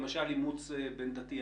למשל אימוץ בין-דתי.